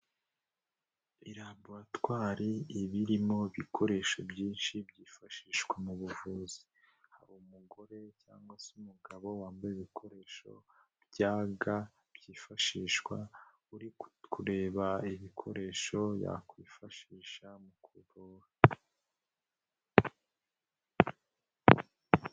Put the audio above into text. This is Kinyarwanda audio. Laboratwari ibirimo ibikoresho byinshi byifashishwa mu buvuzi, haba umugore cyangwa se umugabo, wambaye ibikoresho bya ga byifashishwa, uri kureba ibikoresho yakwifashisha mu kurura.